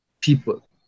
people